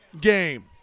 game